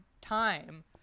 time